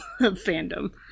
fandom